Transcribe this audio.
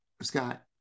Scott